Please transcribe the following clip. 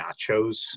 nachos